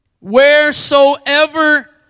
Wheresoever